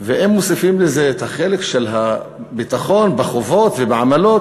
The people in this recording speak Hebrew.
ואם מוסיפים לזה את החלק של הביטחון בחובות ובעמלות